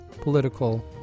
political